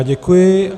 Děkuji.